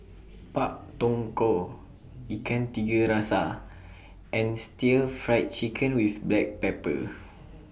Pak Dong Ko Ikan Tiga Rasa and Stir Fried Chicken with Black Pepper